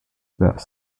were